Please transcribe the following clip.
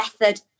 method